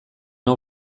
hau